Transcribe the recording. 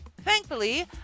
Thankfully